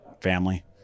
Family